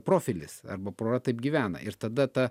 profilis arba pora taip gyvena ir tada ta